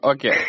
Okay